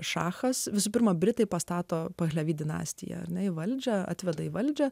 šachas visų pirma britai pastato paslepi dinastiją ar ne į valdžią atveda į valdžią